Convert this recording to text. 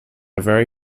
very